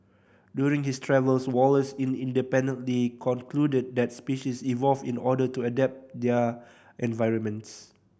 during his travels Wallace in independently concluded that species evolve in order to adapt their environments